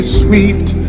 sweet